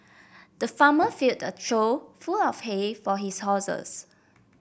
the farmer filled a trough full of hay for his horses